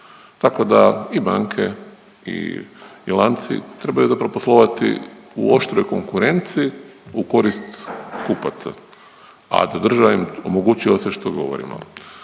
tako da i banke i lanci trebaju zapravo poslovati u oštrijoj konkurenciji u korist kupaca, a da država im omogućuje ovo sve što govorimo.